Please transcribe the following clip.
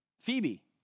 Phoebe